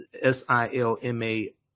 S-I-L-M-A